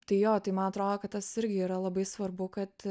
tai jo tai man atrodo kad tas irgi yra labai svarbu kad